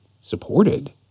supported –